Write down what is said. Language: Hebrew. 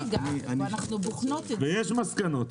ויש מסקנות.